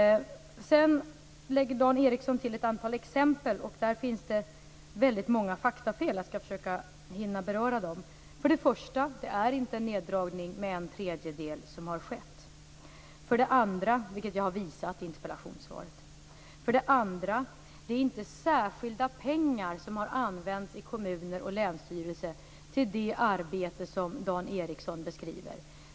Dan Ericsson ger ett antal exempel, och där finns det väldigt många faktafel. Jag skall försöka hinna beröra dem. För det första är det inte en neddragning med en tredjedel som har skett, vilket jag har visat i interpellationssvaret. För det andra är det inte särskilda pengar som har använts i kommuner och länsstyrelser till det arbete som Dan Ericsson beskriver.